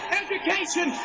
education